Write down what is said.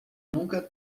nunca